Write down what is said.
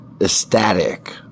ecstatic